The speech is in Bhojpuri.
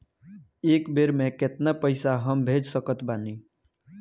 एक बेर मे केतना पैसा हम भेज सकत बानी?